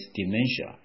dementia